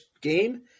game